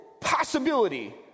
possibility